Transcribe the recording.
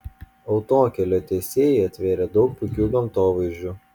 autokelio tiesėjai atvėrė daug puikių gamtovaizdžių